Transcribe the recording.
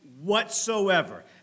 whatsoever